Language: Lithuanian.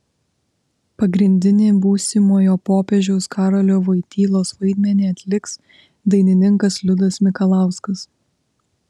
pagrindinį būsimojo popiežiaus karolio vojtylos vaidmenį atliks dainininkas liudas mikalauskas